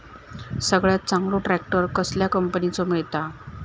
सगळ्यात चांगलो ट्रॅक्टर कसल्या कंपनीचो मिळता?